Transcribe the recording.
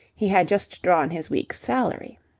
he had just drawn his week's salary.